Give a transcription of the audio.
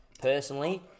personally